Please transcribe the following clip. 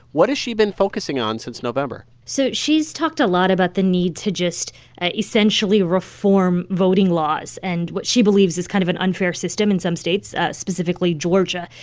what has she been focusing on since november? so she's talked a lot about the need to just ah essentially reform voting laws and what she believes is kind of an unfair system in some states, specifically georgia.